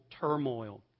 turmoil